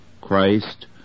Christ